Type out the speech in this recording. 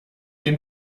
den